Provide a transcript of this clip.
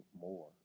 more